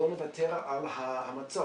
בואו נוותר על המצוק.